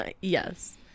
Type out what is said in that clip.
Yes